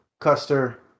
Custer